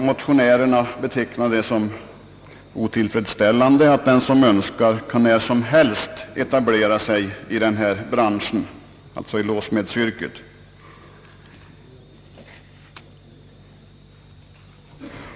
Motionärerna betecknar det som otillfredsställande att den som önskar när som helst kan etablera sig i denna bransch, alltså i låssmedsyrket.